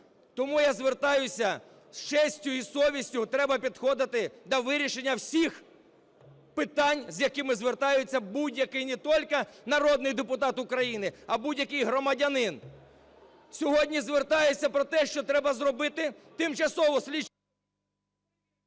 Тому я звертаюсь,: з честю і совістю треба підходити до вирішення всіх питань з якими звертаються, будь-який не тільки народний депутат України, а будь-який громадянин. Сьогодні звертаюсь про те, що треба зробити тимчасову слідчу…